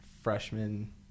freshman